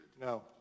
No